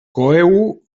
coeu